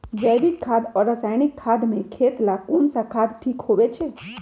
जैविक खाद और रासायनिक खाद में खेत ला कौन खाद ठीक होवैछे?